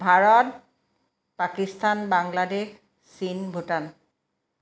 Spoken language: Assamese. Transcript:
ভাৰত পাকিস্তান বাংলাদেশ চীন ভূটান